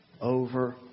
over